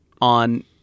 on